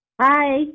Hi